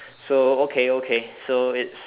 so okay okay so it's